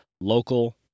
local